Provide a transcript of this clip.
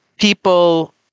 people